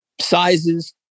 sizes